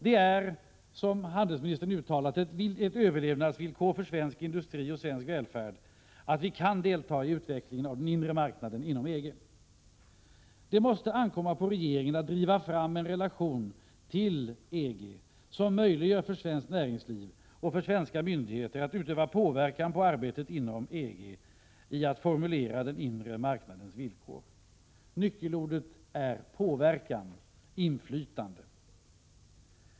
Det är, som handelsministern uttalat, ett överlevnadsvillkor för svensk industri och svensk välfärd att vi kan delta i utvecklingen av den inre marknaden inom EG. Det måste ankomma på regeringen att driva fram en relation till EG som möjliggör för svenskt näringsliv och för svenska myndigheter att utöva påverkan på arbetet inom EG med att formulera den inre marknadens villkor. Nyckelordet är inflytande.